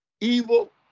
evil